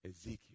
Ezekiel